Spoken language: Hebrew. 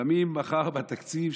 שמים מחר בתקציב,